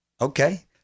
Okay